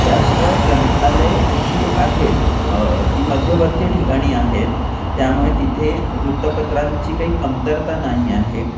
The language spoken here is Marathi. त्याशिवाय ग्रंथालय जी आहेत ती मध्यवर्तीय ठिकाणी आहेत त्यामुळे तिथे वृत्तपत्रांची काही कमतरता नाही आहे